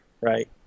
right